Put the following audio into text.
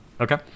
Okay